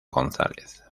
gonzález